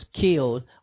killed